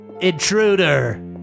Intruder